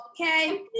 okay